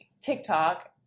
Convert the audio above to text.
TikTok